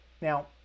Now